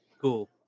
Cool